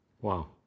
Wow